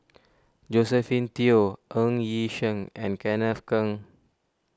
Josephine Teo Ng Yi Sheng and Kenneth Keng